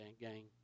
gang